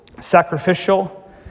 sacrificial